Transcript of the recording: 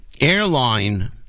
airline